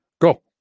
go